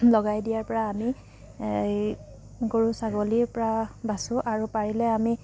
লগাই দিয়াৰ পৰা আমি গৰু ছাগলীৰ পৰা বাচোঁ আৰু পাৰিলে আমি